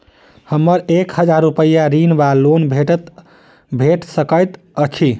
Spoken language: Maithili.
हमरा एक हजार रूपया ऋण वा लोन भेट सकैत अछि?